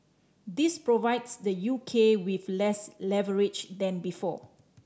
this provides the U K with less leverage than before